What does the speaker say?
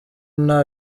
nta